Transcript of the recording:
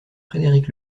frédéric